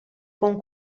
con